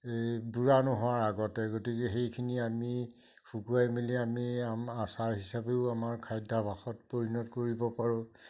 এই বুঢ়া নোহাৱাৰ আগতে গতিকে সেইখিনি আমি শুকুৱাই মেলি আমি আচাৰ হিচাপেও আমাৰ খাদ্যাভাসত পৰিণত কৰিব পাৰোঁ